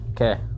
Okay